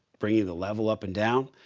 bringing the level up and down.